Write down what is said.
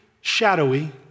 shadowy